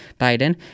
Biden